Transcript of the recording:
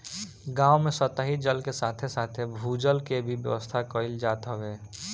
गांव में सतही जल के साथे साथे भू जल के भी व्यवस्था कईल जात हवे